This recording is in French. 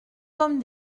comme